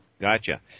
Gotcha